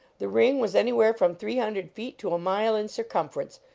the ring was anywhere from three hundred feet to a mile in circumfer ence,